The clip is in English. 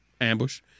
ambush